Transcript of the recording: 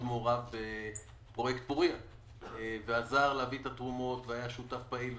מעורב בפרויקט פורייה ועזר להביא את התרומות והיה שותף פעיל.